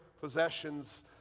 possessions